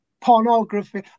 pornography